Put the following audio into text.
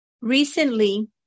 Recently